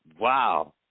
Wow